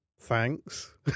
Thanks